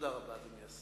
תודה רבה, אדוני השר.